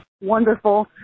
wonderful